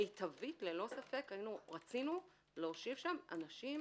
מיטבית ללא ספק רצינו להושיב שם אנשים